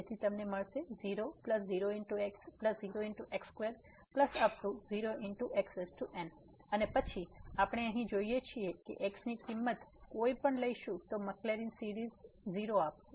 તેથી તમે મળશે 00⋅x0⋅x2⋯0⋅xn અને પછી આપણે અહીં જોઈએ છે કે x ની કિમંત કંઈપણ લઈશું તો મેક્લરિન સીરીઝ 0 આપશે